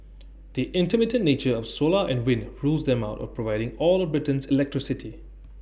the intermittent nature of solar and wind rules them out of providing all of Britain's electricity